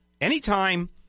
Anytime